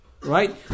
Right